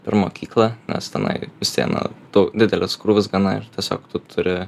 per mokyklą nes tenai vis viena tau didelis krūvis gana ir tiesiog tu turi